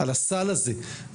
על הסל הזה.